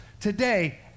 today